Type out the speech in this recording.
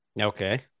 Okay